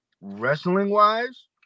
wrestling-wise